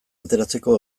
ateratzeko